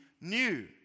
new